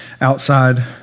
outside